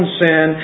sin